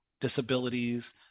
disabilities